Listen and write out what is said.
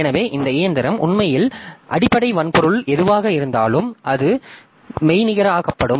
எனவே இந்த இயந்திரம் உண்மையில் அடிப்படை வன்பொருள் எதுவாக இருந்தாலும் அது மெய்நிகராக்கப்படும்